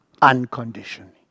Unconditionally